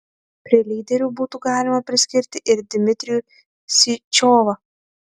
prie lyderių būtų galima priskirti ir dmitrijų syčiovą